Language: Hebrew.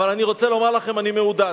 אבל אני רוצה לומר לכם, אני מעודד.